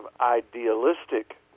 idealistic